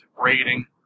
rating